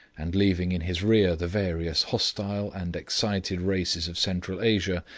and leaving in his rear the various hostile and excited races of central asia,